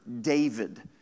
David